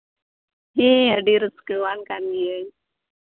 ᱦᱮᱸ ᱟᱹᱰᱤ ᱨᱟᱹᱥᱠᱟᱹᱣᱟᱱ ᱠᱟᱱ ᱜᱤᱭᱟᱹᱧ